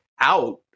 out